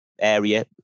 area